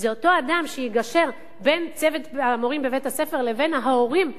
זה אותו אדם שיגשר בין צוות המורים בבית-הספר לבין ההורים,